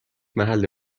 محل